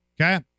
Okay